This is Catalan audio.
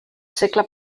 segle